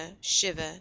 shiver